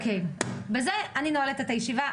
בזה אני נועלת את הישיבה,